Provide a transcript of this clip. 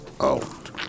out